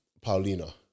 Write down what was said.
Paulina